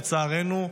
לצערנו,